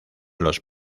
los